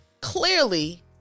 Clearly